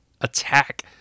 attack